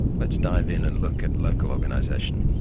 let's dive in and look at local organisation.